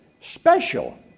special